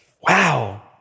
wow